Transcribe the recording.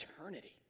eternity